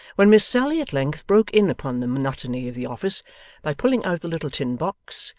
when miss sally at length broke in upon the monotony of the office by pulling out the little tin box,